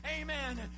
Amen